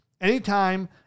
anytime